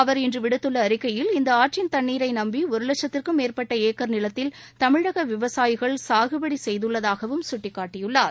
அவர் இன்று விடுத்துள்ள அறிக்கையில் இந்த ஆற்றின் தண்ணீரை நம்பி ஒரு லட்சத்திற்கும் மேற்பட்ட ஏக்கர் நிலத்தில் தமிழக விவசாயிகள் சாகுபடி செய்துள்ளதாகவும் சுட்டிக்காட்டியுள்ளார்